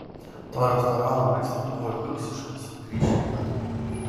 to restorano maistas buvo liuksiškas grįšim dar